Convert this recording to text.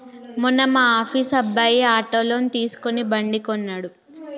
మొన్న మా ఆఫీస్ అబ్బాయి ఆటో లోన్ తీసుకుని బండి కొన్నడు